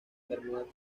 terminal